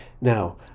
now